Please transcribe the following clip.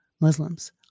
Muslims